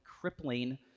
crippling